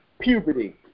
puberty